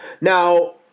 Now